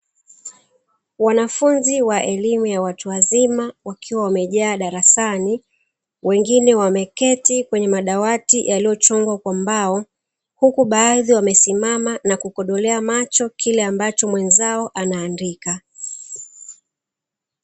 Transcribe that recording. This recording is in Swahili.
Wanafunzi wa elimu ya watu wazima, wakiwa wameketi darasani huku wakikodolea macho kile ambacho mwenzao anaandika.